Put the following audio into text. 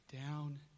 down